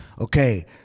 Okay